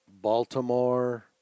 Baltimore